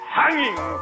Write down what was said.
hanging